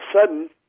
sudden